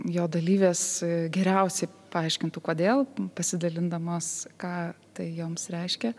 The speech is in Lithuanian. jo dalyvės geriausiai paaiškintų kodėl pasidalindamos ką tai joms reiškia